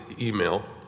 email